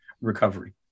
recovery